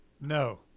No